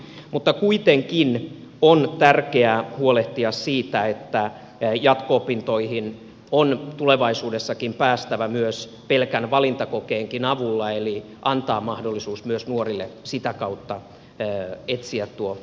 mutta kuitenkin on tärkeää huolehtia siitä että jatko opintoihin on tulevaisuudessakin päästävä myös pelkän valintakokeenkin avulla eli antaa mahdollisuus myös nuorille sitä kautta etsiä tuo oma ura